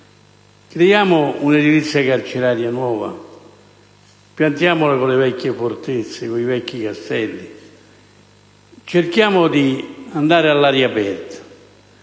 Creiamo un'edilizia carceraria nuova, piantiamola con le vecchie fortezze, con i vecchi castelli e cerchiamo di spostare tutto